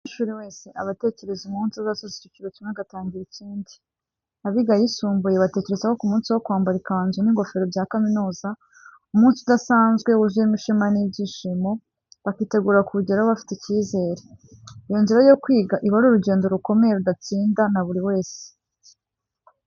Umunyeshuri wese aba atekereza umunsi azasoza icyiciro kimwe agatangira ikindi. Abiga ayisumbuye batekereza ku munsi wo kwambara ikanzu n’ingofero bya kaminuza, umunsi udasanzwe wuzuyemo ishema n’ibyishimo, bakitegura kuwugeraho bafite icyizere. Iyo nzira yo kwiga iba ari urugendo rukomeye rudatsinda na buri wese.